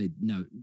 No